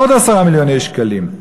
עוד 10 מיליון שקלים,